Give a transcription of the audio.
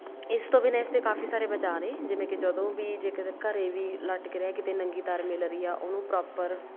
ਇਸ ਤੋਂ ਬਿਨਾਂ ਇਸਦੇ ਕਾਫੀ ਸਾਰੇ ਬਚਾਅ ਨੇ ਜਿਵੇਂ ਕਿ ਜਦੋਂ ਵੀ ਜੇਕਰ ਘਰ ਵੀ ਲਟਕ ਰਿਹਾ ਕਿਤੇ ਨੰਗੀ ਤਾਰ ਮਿਲ ਰਹੀ ਆ ਉਹਨੂੰ ਪ੍ਰੋਪਰ